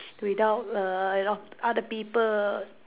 without err you know other people